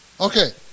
Okay